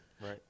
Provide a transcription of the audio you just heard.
Right